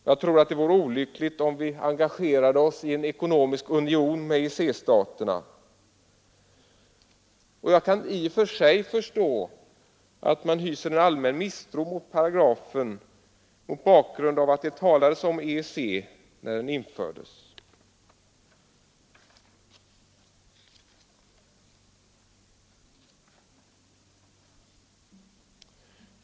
Jag tror att det vore olyckligt om vi engagerade oss i en ekonomisk union med EEC-staterna, och jag kan i och för sig förstå att man hyser en allmän misstro mot paragrafen mot bakgrund av att det talades om EEC — eller som vi nu säger EG — när den infördes.